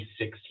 2016